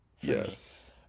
Yes